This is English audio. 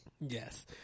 Yes